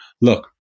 Look